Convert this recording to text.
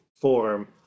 form